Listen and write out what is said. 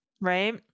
right